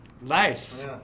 Nice